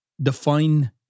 Define